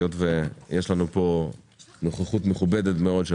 היות ויש לנו פה נוכחות מכובדת מאוד של